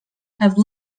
have